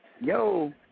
Yo